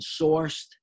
sourced